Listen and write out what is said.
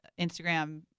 Instagram